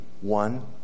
one